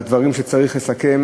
בדברים שצריך לסכם